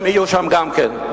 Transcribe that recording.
הם יהיו שם גם כן.